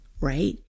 right